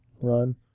run